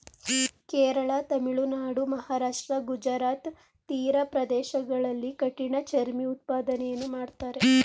ಕೇರಳ, ತಮಿಳುನಾಡು, ಮಹಾರಾಷ್ಟ್ರ, ಗುಜರಾತ್ ತೀರ ಪ್ರದೇಶಗಳಲ್ಲಿ ಕಠಿಣ ಚರ್ಮಿ ಉತ್ಪಾದನೆಯನ್ನು ಮಾಡ್ತರೆ